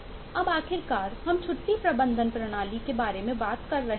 अब आखिरकार हम छुट्टी प्रबंधन प्रणाली के बारे में बात कर रहे हैं